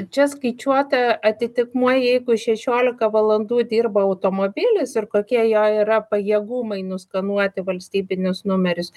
čia skaičiuota atitikmuo jeigu šešiolika valandų dirba automobilis ir kokie jo yra pajėgumai nuskanuoti valstybinius numerius